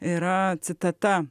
yra citata